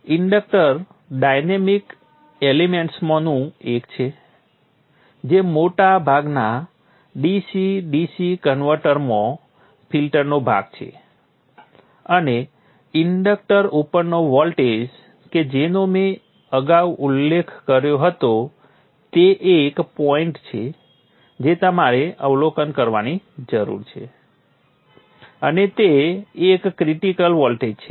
inductor dynamic એલિમેન્ટ્સમાંનું એક છે જે મોટા ભાગના DC DC કન્વર્ટરમાં ફિલ્ટરનો ભાગ છે અને ઇન્ડક્ટર ઉપરનો વોલ્ટેજ કે જેનો મેં અગાઉ ઉલ્લેખ કર્યો હતો તે એક પોઈન્ટ છે જે તમારે અવલોકન કરવાની જરૂર છે અને તે એક ક્રિટિકલ વોલ્ટેજ છે